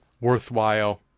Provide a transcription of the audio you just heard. worthwhile